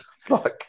Fuck